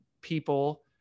people